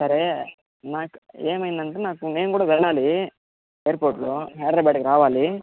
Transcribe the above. సరే ఏమైంది అంటే నాకు నేను కూడా వెళ్ళాలి ఎయిర్ పోర్ట్లో హైదరాబాద్కి రావాలి